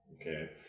Okay